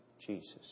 Jesus